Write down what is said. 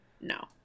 No